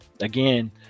again